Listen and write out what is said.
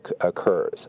occurs